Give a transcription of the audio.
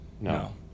No